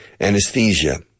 Anesthesia